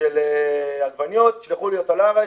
של עגבניות, שלחו לי אותה לארץ.